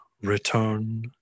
return